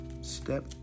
Step